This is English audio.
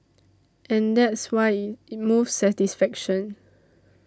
and that's why it moves satisfaction